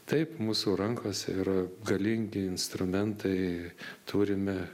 taip mūsų rankose yra galingi instrumentai turime